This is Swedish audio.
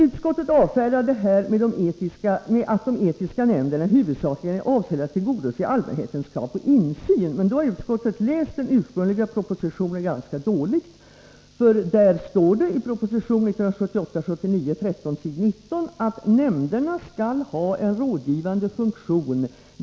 Utskottet avfärdar detta med att de etiska nämnderna huvudsakligen är avsedda att tillgodose allmänhetens krav på insyn. Då har emellertid utskottet läst den ursprungliga propositionen ganska dåligt. I proposition 1978/79:13 står nämligen på s. 19 att ”nämnderna skall ha en rådgivande funktion.